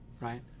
right